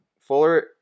Fuller